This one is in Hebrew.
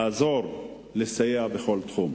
לעזור, לסייע בכל תחום.